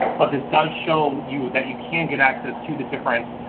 but this does show you that you can get access to the different